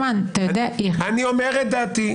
אני אומר את דעתי.